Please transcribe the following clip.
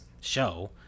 show